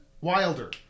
Wilder